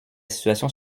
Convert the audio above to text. situation